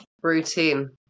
routine